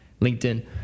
LinkedIn